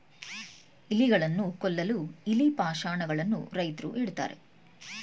ಇಲಿಗಳನ್ನು ಕೊಲ್ಲಲು ಇಲಿ ಪಾಷಾಣ ಗಳನ್ನು ರೈತ್ರು ಇಡುತ್ತಾರೆ